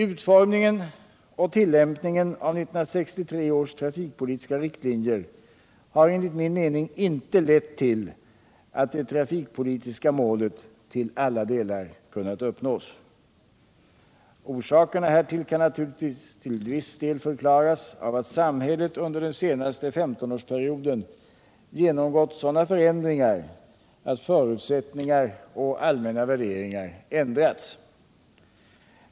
Utformningen och tillämpningen av 1963 års trafikpolitiska riktlinjer har enligt min mening inte lett till att det trafikpolitiska målet till alla delar kunnat uppnås. Detta kan naturligtvis till viss del förklaras av att samhället under den senaste femtonårsperioden genomgått sådana förändringar att förutsättningar och allmänna värderingar ändras.